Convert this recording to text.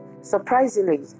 Surprisingly